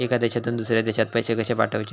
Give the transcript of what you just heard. एका देशातून दुसऱ्या देशात पैसे कशे पाठवचे?